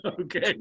okay